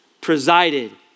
presided